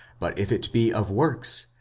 but if it be of works,